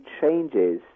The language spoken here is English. changes